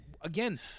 Again